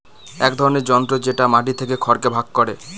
এক ধরনের যন্ত্র যেটা মাটি থেকে খড়কে ভাগ করে